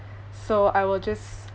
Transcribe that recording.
so I will just